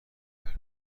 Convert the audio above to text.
کرد